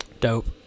Dope